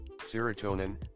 Serotonin